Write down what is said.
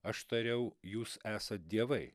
aš tariau jūs esat dievai